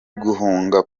guhunga